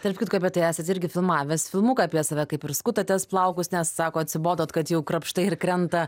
tarp kitko apie tai esat irgi filmavęs filmuką apie save kaip ir skutatės plaukus nes sako atsibodot kad jau krapštai ir krenta